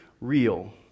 real